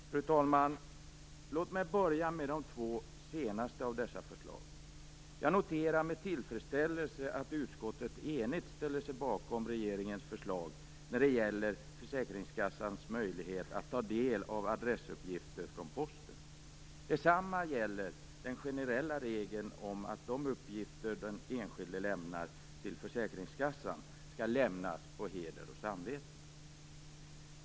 Fru talman! Låt mig börja med de två senaste av dessa förslag. Jag noterar med tillfredsställelse att utskottet enigt ställer sig bakom regeringens förslag när det gäller försäkringskassans möjlighet att ta del av adressuppgifter från Posten. Detsamma gäller den generella regeln om att de uppgifter den enskilde lämnar till försäkringskassan skall lämnas på heder och samvete.